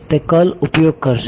તે કર્લ ઉપયોગ કરશે